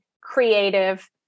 creative